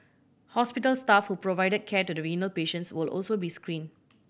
hospital staff who provided care to the renal patients will also be screened